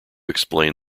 explain